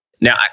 Now